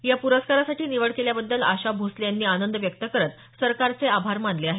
या पुरस्कारासाठी निवड केल्याबद्दल आशा भोसले यांनी आनंद व्यक्त करत सरकारचे आभार मानले आहेत